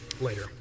later